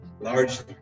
largely